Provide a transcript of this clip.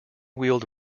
wheeled